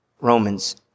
Romans